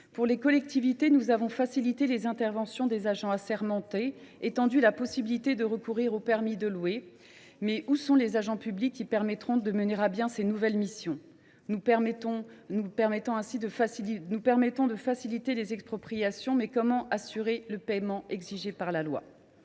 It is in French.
Pour les collectivités, nous facilitons les interventions des agents assermentés et étendons la possibilité de recourir au permis de louer, mais où sont les agents publics qui mèneront à bien ces nouvelles missions ? Nous facilitons les expropriations, mais comment assurerons nous le paiement exigé par la loi ?